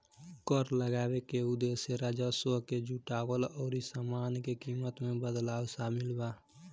कर लगावे के उदेश्य राजस्व के जुटावल अउरी सामान के कीमत में बदलाव शामिल बा